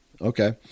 Okay